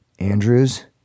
Andrews